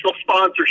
sponsorship